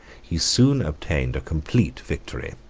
he soon obtained a complete victory.